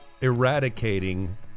eradicating